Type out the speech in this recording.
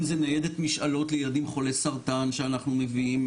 אם זה ניידת משאלות לילדים חולי סרטן שאנחנו מביאים,